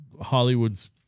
Hollywood's